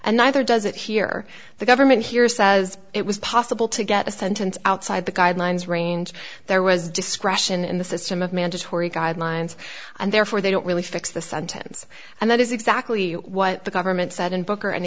and neither does it here the government here says it was possible to get a sentence outside the guidelines range there was discretion in the system of mandatory guidelines and therefore they don't really fix the sentence and that is exactly what the government said in booker and